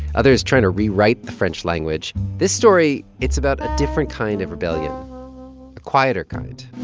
others trying to rewrite the french language this story it's about a different kind of rebellion a quieter kind